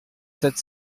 sept